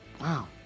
wow